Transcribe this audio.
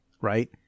right